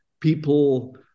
people